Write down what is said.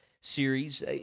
series